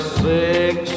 six